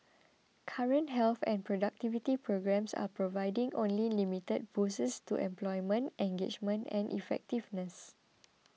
current health and productivity programmes are providing only limited boosts to employment engagement and effectiveness